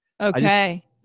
okay